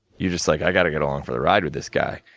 you're just like, i gotta get along for the ride with this guy.